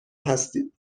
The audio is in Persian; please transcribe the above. هستید